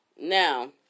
Now